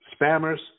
spammers